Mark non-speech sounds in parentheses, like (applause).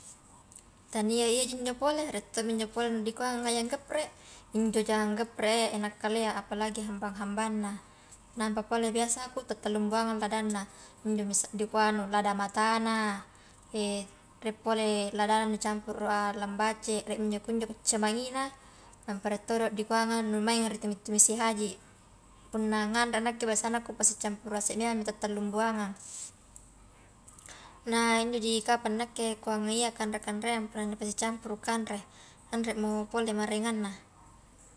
Tania iyaji injo pole rie tomi injo pole ni kuang ayam geprek, injo jangang geprek a iya enak kalea apalagi hambang-hambangna, nampa pole biasaku ta tallung buangang ladanna. injomi dikua anu, lada matana, (hesitation) rie pole ladana nicampuru lambace riemi injo kunjo cemangina, nampa rie todo dikua nganu maingi ni tumi-tumisi haji, punna nganrea nakke biasana kupasicampurang ase memangi ta tallung buangang, nah injoji kapang nakke kuangaia kanre-kanreang punna nipasicampuru kanre, anremo pole maraenganna.